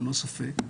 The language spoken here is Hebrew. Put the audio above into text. ללא ספק.